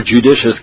judicious